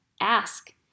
ask